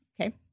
Okay